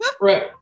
right